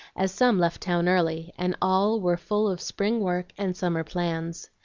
as some left town early, and all were full of spring work and summer plans.